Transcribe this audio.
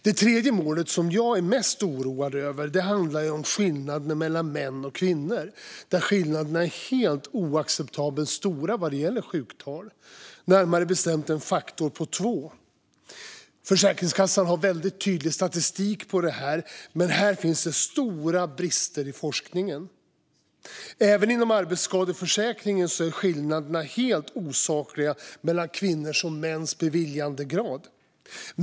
Det tredje målet som jag är mest oroad över handlar om skillnaden mellan män och kvinnor. Där är skillnaderna oacceptabelt stora vad gäller sjuktal, närmare bestämt med en faktor på två. Försäkringskassan har väldigt tydlig statistik på det. Här finns det stora brister i forskningen. Även inom arbetsskadeförsäkringen är skillnaderna helt osakliga mellan kvinnors och mäns beviljandegrad.